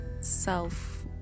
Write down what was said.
self